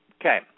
Okay